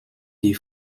die